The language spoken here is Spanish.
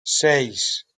seis